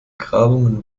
grabungen